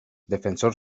defensor